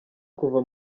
kuva